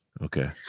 okay